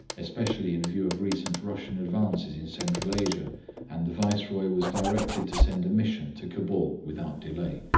especially in view of recent russian advances in central asia and the viceroy was directed to send a mission to cabul without delay,